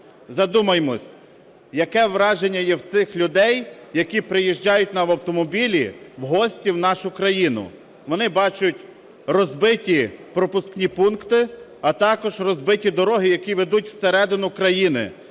Задумаймось, яке враження є в цих людей, які приїжджають на автомобілі в гості в нашу країну. Вони бачать розбиті пропускні пункти, а також розбиті дороги, які ведуть всередину країни,